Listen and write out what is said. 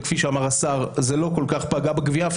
וכפי שאמר השר זה לא כל כך פגע בגבייה.